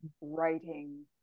writing